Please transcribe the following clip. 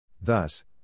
Thus